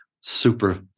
super